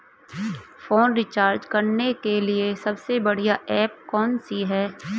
Phone recharge करने के लिए सबसे बढ़िया ऐप कौन सी है?